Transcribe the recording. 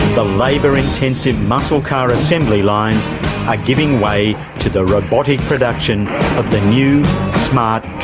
the labour-intensive muscle car assembly lines are giving way to the robotic production of the new smart